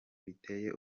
biteye